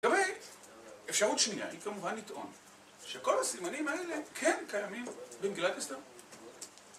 ובאמת אפשרות שנייה היא כמובן לטעון שכל הסימנים האלה כן קיימים במגילת אסתר